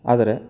ಆದರೆ